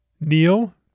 Neil